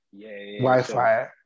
Wi-Fi